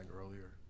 earlier